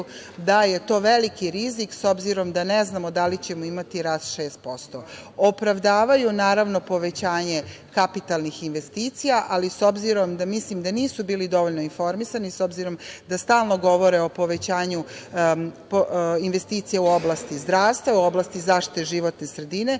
da je to veliki rizik, s obzirom da ne znamo da li ćemo imati rast 6%.Opravdavaju, naravno, povećanja kapitalnih investicija, ali s obzirom da mislim da nisu bili dovoljno informisani, s obzirom da stalno govore o povećanju investicija u oblasti zdravstva, u oblasti zaštite životne sredine,